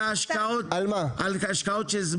על ההשקעות, על השקעות של זמן.